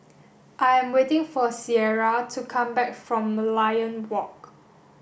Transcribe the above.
I am waiting for Cierra to come back from Merlion Walk